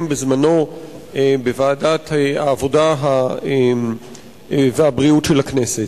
בזמנו בוועדת העבודה והבריאות של הכנסת.